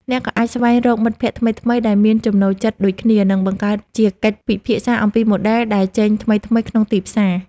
អ្នកក៏អាចស្វែងរកមិត្តភក្ដិថ្មីៗដែលមានចំណូលចិត្តដូចគ្នា និងបង្កើតជាកិច្ចពិភាក្សាអំពីម៉ូដែលដែលចេញថ្មីៗក្នុងទីផ្សារ។